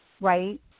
right